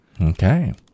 Okay